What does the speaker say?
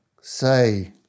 say